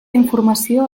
informació